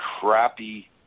crappy